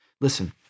Listen